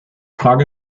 frage